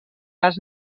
gas